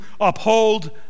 uphold